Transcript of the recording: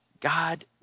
God